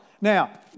Now